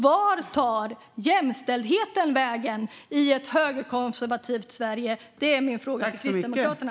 Vart tar jämställdheten vägen i ett högerkonservativt Sverige? Det är min fråga till Kristdemokraterna.